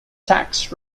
tax